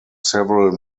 several